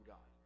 God